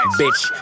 bitch